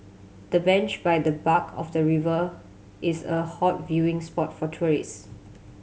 the bench by the bark of the river is a hot viewing spot for tourists